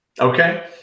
Okay